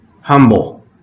humble